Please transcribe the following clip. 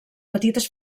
petites